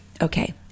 okay